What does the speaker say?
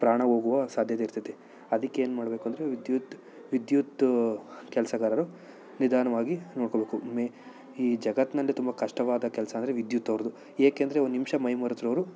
ಪ್ರಾಣ ಹೋಗುವ ಸಾಧ್ಯತೆ ಇರ್ತದೆ ಅದಕ್ಕೇನು ಮಾಡ್ಬೇಕೆಂದ್ರೆ ವಿದ್ಯುತ್ ವಿದ್ಯುತ್ ಕೆಲಸಗಾರರು ನಿಧಾನವಾಗಿ ನೋಡ್ಕೊಬೇಕು ಮೆ ಈ ಜಗತ್ತಿನಲ್ಲಿ ತುಂಬ ಕಷ್ಟವಾದ ಕೆಲಸ ಅಂದರೆ ವಿದ್ಯುತ್ ಅವ್ರದು ಏಕೆಂದರೆ ಒಂದು ನಿಮ್ಷ ಮೈ ಮರೆತರೂ ಅವರು